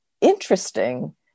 interesting